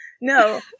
no